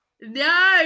no